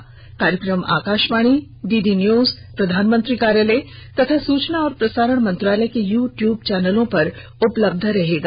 यह कार्यक्रम Akashvani DD news प्रधानमंत्री कार्यालय तथा सूचना और प्रसारण मंत्रालय के यू ट्यूब चैनलों पर उपलब्ध रहेगा